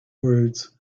words